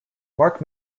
mark